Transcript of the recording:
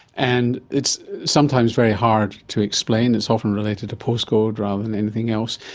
and it's sometimes very hard to explain, it's often related to postcode rather than anything else,